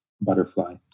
Butterfly